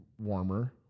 warmer